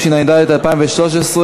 התשע"ד 2013,